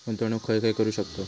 गुंतवणूक खय खय करू शकतव?